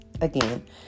Again